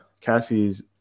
Cassie's